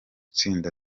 itsinda